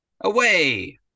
Away